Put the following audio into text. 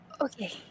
Okay